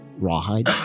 rawhide